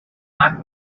lack